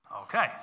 Okay